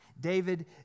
David